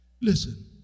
Listen